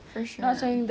for sure